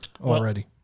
already